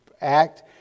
act